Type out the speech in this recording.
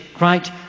right